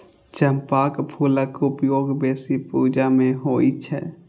चंपाक फूलक उपयोग बेसी पूजा मे होइ छै